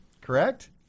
correct